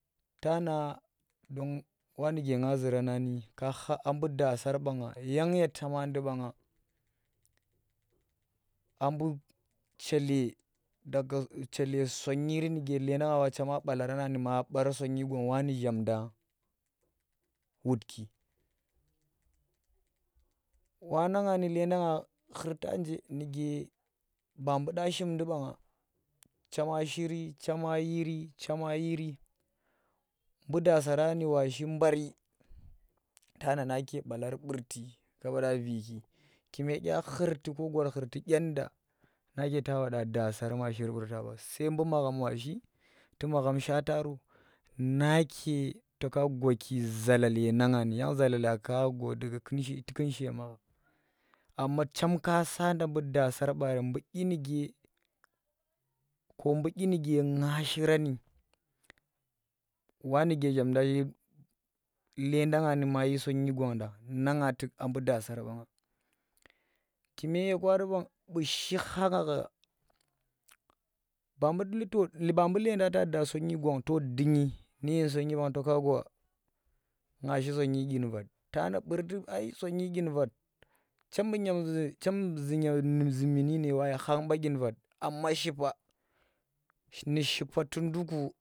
Tana dong wa nuke nga zura nani yang ye tamandi banga abuu chele daga uchele sonyi ri nuke charma bana ba bar sonyi gwang wa nuke zhamdan wutki wanang ni nleeda nga khurta nje nuke ba buuda shimndi baanga shi chema yiri buu daasarani wa shi baa ri tana nake balar burti kaɓa dya kurti ko gwar khurti nyenda nake ta wada daasar ma burta ɓa sai mbuu magham washi tu magham shaata ro na ke to ka gwaki zalale na nga ni yang zalale ka gwa kunshe daga kunshe magham chem ka sada buu daasar buu dyi nuke nga shirani wa nuke zhamnda nleedan nu mayi sonyi gwanda na nga tuk abu daasar bange kume ye kwaari bang buu shi khagha nga gha buu leeda ta da sonyi gwan to dudyi nu dyi sonyi ban to ka gwa washi sonyi dyi Vat tana burti ci sonyi dyin vat chem ze chem zuni nune sonyi kha ba dyi vat nu shipa tu nduku.